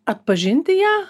atpažinti ją